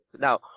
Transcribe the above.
now